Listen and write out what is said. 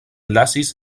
lasis